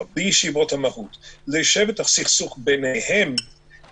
בישיבות המהות ליישב את הסכסוך ביניהם,